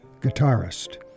guitarist